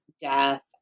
death